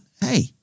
hey